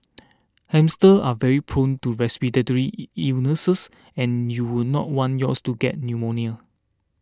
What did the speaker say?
hamsters are very prone to respiratory illnesses and you would not want yours to get pneumonia